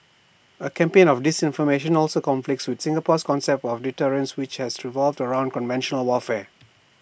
A campaign of disinformation also conflicts with Singapore's concept of deterrence which has revolved around conventional warfare